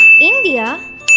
India